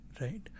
right